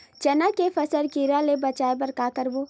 चना के फसल कीरा ले बचाय बर का करबो?